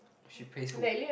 she plays who